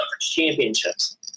championships